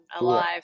alive